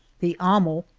the amo,